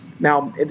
Now